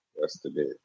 yesterday